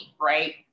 right